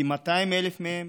כ-200,000 מהם